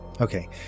Okay